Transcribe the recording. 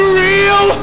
real